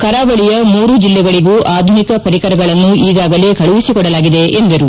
ಕರಾವಳಿಯ ಮೂರು ಜಿಲ್ಲೆಗಳಿಗೂ ಆಧುನಿಕ ಪರಿಕರಗಳನ್ನು ಈಗಾಗಲೇ ಕಳುಹಿಸಿಕೊಡಲಾಗಿದೆ ಎಂದರು